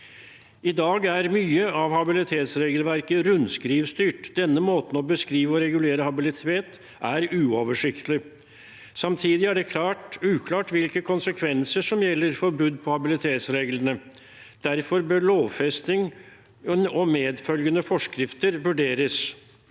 I dag er mye av habilitetsregelverket rundskrivstyrt. Denne måten å beskrive og regulere habilitet på er uoversiktlig. Samtidig er det uklart hvilke konsekvenser som gjelder for brudd på habilitetsreglene. Derfor bør lovfesting og medfølgende forskrifter vurderes.